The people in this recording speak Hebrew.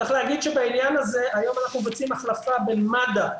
צריך להגיד שבעניין הזה היום אנחנו מבצעים החלפה בין מד"א,